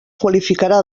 qualificarà